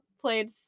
played